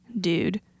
dude